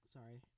Sorry